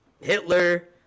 hitler